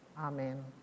Amen